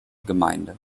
gemeinde